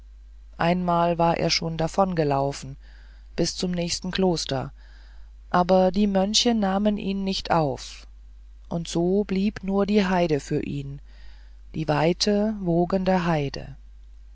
einmal war er schon davongelaufen bis zum nächsten kloster aber die mönche nahmen ihn nicht auf und so blieb nur die heide für ihn die weite wogende heide